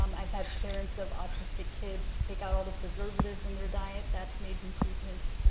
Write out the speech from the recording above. um i've had parents of autistic kids take out all the preservatives in their diet. that's made improvements.